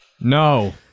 No